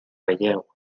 relleu